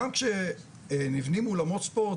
גם כשנבנים אולמות ספורט,